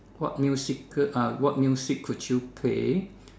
what music ah what music could you play